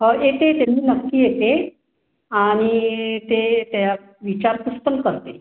हो येते येते मी नक्की येते आणि ते त्या विचारपूस पण करते